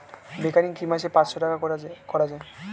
Recurring কি মাসে পাঁচশ টাকা করে করা যায়?